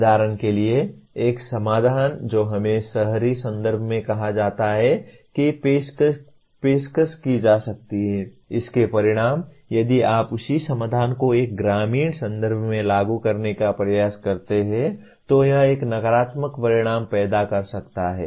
उदाहरण के लिए एक समाधान जो हमें शहरी संदर्भ में कहा जाता है की पेशकश की जा सकती है इसके परिणाम यदि आप उसी समाधान को एक ग्रामीण संदर्भ में लागू करने का प्रयास करते हैं तो यह एक नकारात्मक परिणाम पैदा कर सकता है